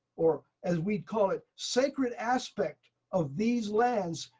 or as we'd call it, sacred aspect of these lands,